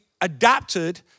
adapted